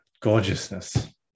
gorgeousness